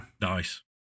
Nice